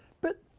but,